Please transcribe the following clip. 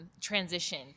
transition